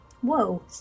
Whoa